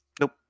Nope